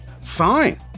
fine